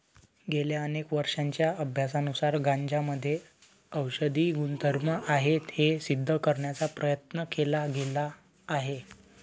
गेल्या अनेक वर्षांच्या अभ्यासानुसार गांजामध्ये औषधी गुणधर्म आहेत हे सिद्ध करण्याचा प्रयत्न केला गेला आहे